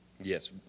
Yes